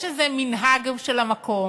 יש איזה מנהג של המקום,